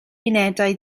unedau